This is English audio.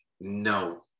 no